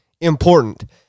important